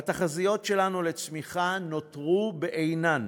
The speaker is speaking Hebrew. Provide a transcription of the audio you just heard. התחזיות שלנו לצמיחה נותרו בעינן,